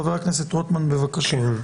חבר הכנסת רוטמן בבקשה.